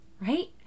right